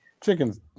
Chicken's